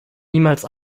niemals